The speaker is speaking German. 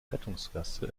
rettungsgasse